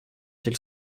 ils